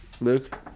Luke